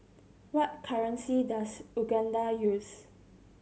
what currency does Uganda use